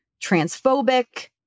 transphobic